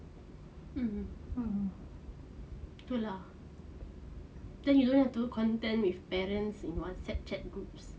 mm true lah then you don't have to contend with parents in whatsapp chat groups